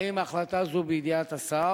1. האם ההחלטה הזאת היא בידיעת השר?